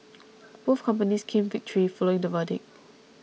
both companies claimed victory following the verdict